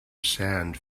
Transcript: sand